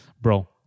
bro